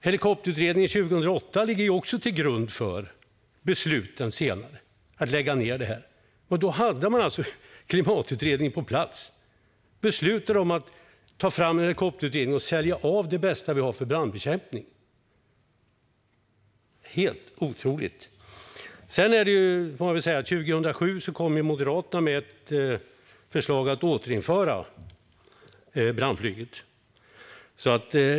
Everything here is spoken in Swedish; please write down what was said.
Helikopterutredningen 2008 ligger också till grund för besluten senare om att lägga ned detta. Då hade man alltså klimatutredningen på plats och beslutade om att ta fram en helikopterutredning och sälja av det bästa vi har för brandbekämpning. Helt otroligt! Sedan kom Moderaterna 2007 med ett förslag om att återinföra brandflyget.